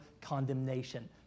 condemnation